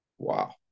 Wow